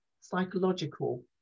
psychological